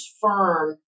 firm